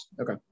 okay